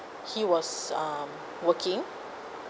he was um working